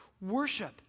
worship